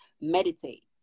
meditate